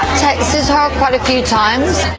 texted her quite a few times.